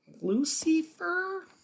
Lucifer